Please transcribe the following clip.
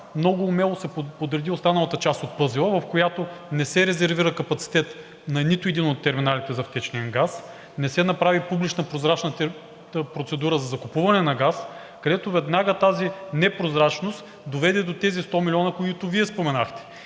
много умело се подреди останалата част от пъзела, в която не се резервира капацитет на нито един от терминалите за втечнен газ. Не се направи публична, прозрачна процедура за закупуването на газ, където веднага тази непрозрачност доведе до тези 100 милиона, за които Вие споменахте.